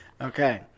Okay